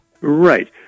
Right